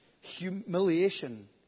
humiliation